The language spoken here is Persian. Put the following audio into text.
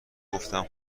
گفتم